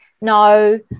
No